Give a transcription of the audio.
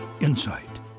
insight